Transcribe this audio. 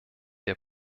der